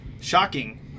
Shocking